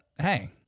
hey